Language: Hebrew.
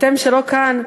אתם שלא כאן,